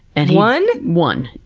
and one? one,